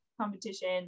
competition